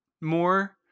more